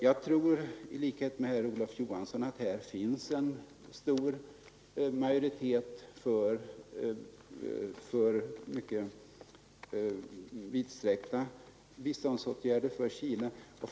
Jag tror i likhet med herr Olof Johansson att här finns en stor majoritet för mycket vidsträckta biståndsåtgärder till Chile.